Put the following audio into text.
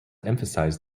emphasized